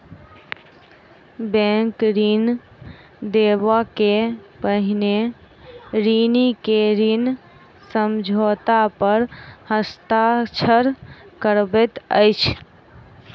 bank ऋण देबअ के पहिने ऋणी के ऋण समझौता पर हस्ताक्षर करबैत अछि